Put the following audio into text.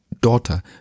daughter